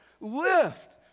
lift